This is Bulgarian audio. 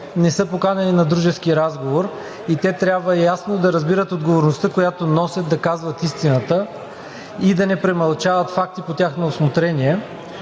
не са поканени на дружески разговор и те трябва ясно да разбират отговорността, която носят, да казват истината и да не премълчават факти по тяхно усмотрение.